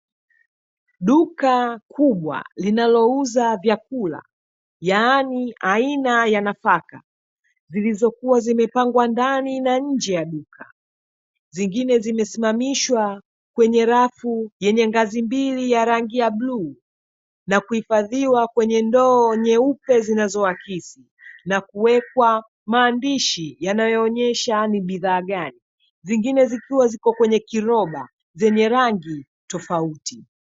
Duka kubwa linalouza vyakula yaani aina ya nafaka, zilizokuwa zimepangwa ndani na nje ya duka zingine zimesimamishwa kwenye rafu yenye gazi mbili ya rangi ya bluu, kuhifadhiwa kwenye ndoo nyeupe zinazo akisi, na kuwekwa maandishi yanayoonyesha ni bidhaa gani zingine zikiwa kwenye kiroba zenye rangi tofauti.